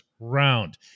Round